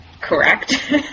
Correct